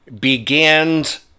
begins